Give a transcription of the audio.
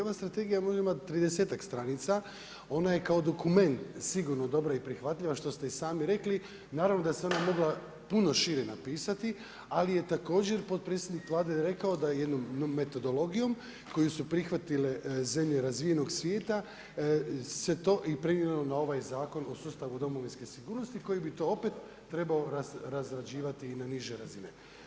Ova strategija može imati tridesetak stranica, ona je kao dokument sigurno dobra i prihvatljiva što ste i sami rekli, naravno da se ona mogla puno šire napisati, ali je također potpredsjednik Vlade rekao da jednom metodologijom koju su prihvatile zemlje razvijenog svijeta se to i prenijelo na ovaj Zakon o sustavu domovinske sigurnosti koji bi to opet trebao razrađivati i na niže razine.